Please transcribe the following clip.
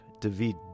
David